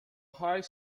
high